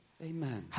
Amen